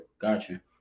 Gotcha